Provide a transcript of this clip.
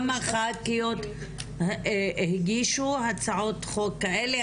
כמה חכיות הגישו הצעות חוק כאלה,